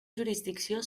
jurisdicció